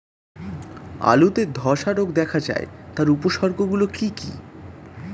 আলুতে ধ্বসা রোগ দেখা দেয় তার উপসর্গগুলি কি কি?